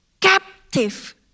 captive